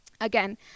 Again